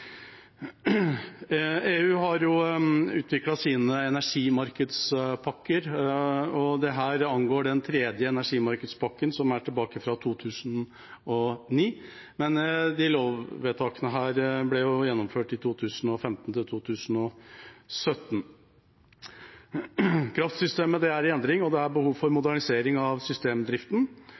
EU har utviklet sine energimarkedspakker, og dette angår den tredje energimarkedspakken, som er tilbake fra 2009, men disse lovvedtakene ble gjennomført i 2015 til 2017. Kraftsystemet er i endring, og det er behov for modernisering av systemdriften.